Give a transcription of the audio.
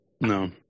No